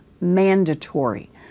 mandatory